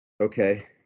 Okay